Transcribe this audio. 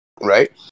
Right